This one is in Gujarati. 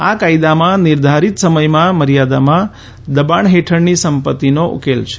આ કાયદામાં નિર્ધારીત સમય મર્યાદામાં દબાણ હેઠળની સંપત્તિનો ઉકેલ છે